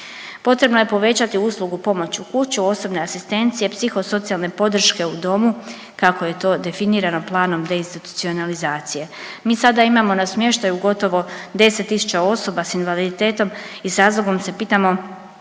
Potrebno je povećati uslugu pomoć u kući, osobne asistencije, psihosocijalne podrške u domu kako je to definirano planom deinstitucionalizacije. Mi sada imamo na smještaju gotovo 10 tisuća osoba s invaliditetom i s razlogom se pitamo